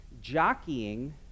jockeying